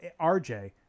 RJ